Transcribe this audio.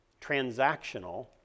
transactional